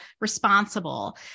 responsible